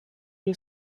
you